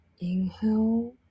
Inhale